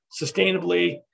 sustainably